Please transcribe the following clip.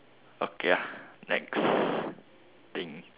okay lah next thing